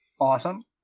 Awesome